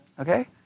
okay